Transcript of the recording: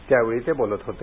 त्यावेळी ते बोलत होते